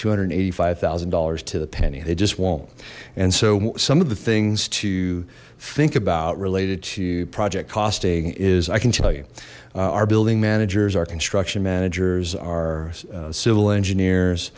two hundred and eighty five thousand dollars to the penny they just won't and so some of the things to think about related to project costing is i can tell you our building managers our construction managers our civil engineers